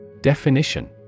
Definition